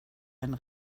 einen